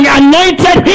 anointed